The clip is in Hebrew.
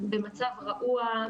במצב רעוע,